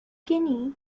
guinea